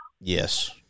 Yes